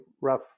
rough